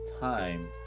time